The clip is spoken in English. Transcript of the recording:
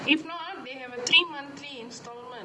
if not they have a three month free installment